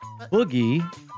Boogie